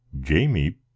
Jamie